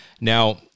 Now